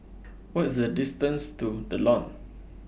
What IS The distance to The Lawn